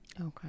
Okay